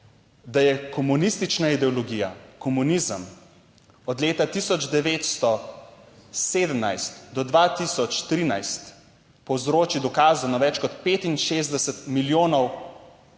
da je komunistična ideologija, komunizem, od leta 1917 do 2013 povzročil dokazano več kot 65 milijonov